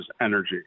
energy